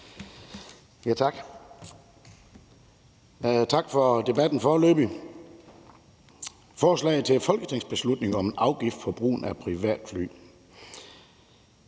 Tak for debatten foreløbig om forslaget til folketingsbeslutning om afgift på brugen af privatfly.